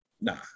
nah